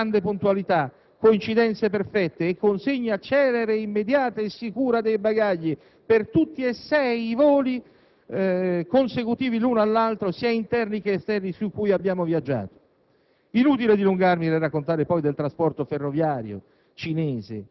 il servizio di trasporto di cui ho usufruito sia stato impeccabile: grande puntualità, coincidenze perfette e consegna celere, immediata e sicura dei bagagli per tutti e sei i voli consecutivi, sia interni che esterni, su cui abbiamo viaggiato.